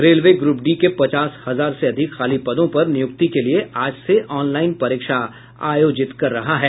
railway group D के पचास हजार से अधिक खाली पदों पर नियुक्ति के लिए आज से ऑनलाइन परीक्षा आयोजित कर रहा है